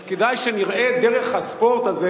אז כדאי שנראה דרך הספורט הזה,